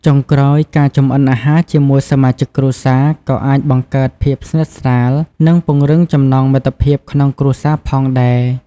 ចុងក្រោយ ការចម្អិនអាហារជាមួយសមាជិកគ្រួសារក៏អាចបង្កើតភាពស្និទ្ធស្នាល និងពង្រឹងចំណងមិត្តភាពក្នុងគ្រួសារផងដែរ។